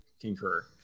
concur